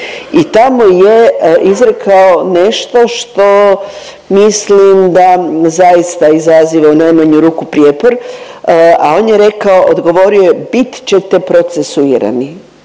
I tamo je izrekao nešto što mislim da zaista izaziva u najmanju ruku prijepor, a on je rekao, odgovorio je bit ćete procesuirani.